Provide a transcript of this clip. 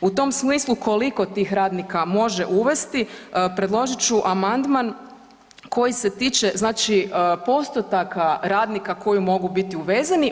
U tom smislu koliko tih radnika može uvesti predložit ću amandman koji se tiče, znači postotaka radnika koji mogu biti uvezeni.